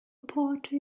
party